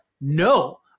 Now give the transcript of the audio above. No